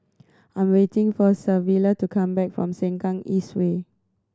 I'm waiting for Savilla to come back from Sengkang East Way